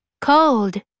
Cold